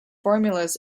formulas